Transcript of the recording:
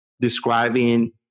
describing